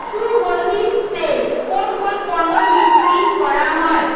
সুগন্ধিতে কোন কোন পণ্য বিক্রি করা হয়